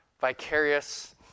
Vicarious